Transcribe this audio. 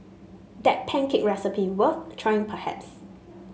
that pancake recipe worth trying perhaps